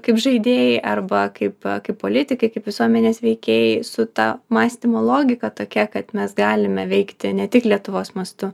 kaip žaidėjai arba kaip kaip politikai kaip visuomenės veikėjai su ta mąstymo logika tokia kad mes galime veikti ne tik lietuvos mastu